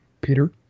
Peter